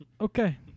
Okay